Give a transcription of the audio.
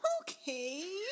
Okay